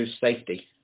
safety